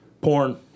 Porn